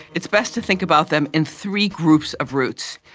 it's best to think about them in three groups of routes.